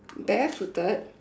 barefooted